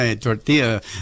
tortilla